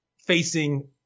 facing